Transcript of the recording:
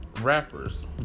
rappers